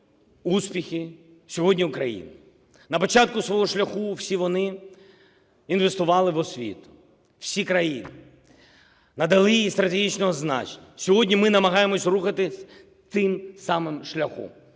успішні сьогодні країни. На початку свого шляху всі вони інвестували в освіту, всі країни, надали їй стратегічного значення. Сьогодні ми намагаємося рухатись тим самим шляхом,